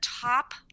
top